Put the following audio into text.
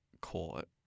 caught